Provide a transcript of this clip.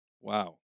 wow